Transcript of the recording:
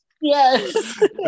Yes